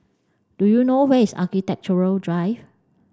do you know where is Architecture Drive